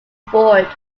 board